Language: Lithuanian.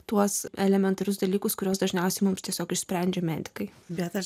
tuos elementarius dalykus kuriuos dažniausiai mums tiesiog išsprendžia medikai bet ir